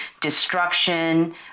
destruction